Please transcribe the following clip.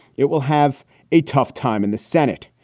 it will have a tough time in the senate.